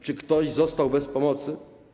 Czy ktoś został bez pomocy?